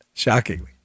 Shockingly